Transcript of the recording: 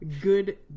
good